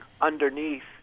underneath